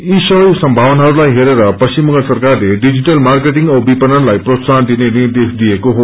यी सबै सम्मावनाहरूलाई हेरेर पश्चिम बंगाल सरकारले डिजिटल मार्केटिङ औ विपणनलाई प्रोत्साहन दिने निर्देश दिएको छ